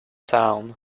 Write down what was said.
town